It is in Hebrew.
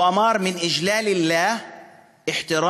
הוא אמר: (אומר בערבית ומתרגם):